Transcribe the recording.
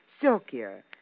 silkier